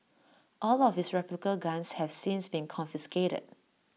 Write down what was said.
all of his replica guns have since been confiscated